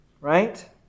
right